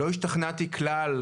לא השתכנעתי כלל,